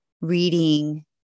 reading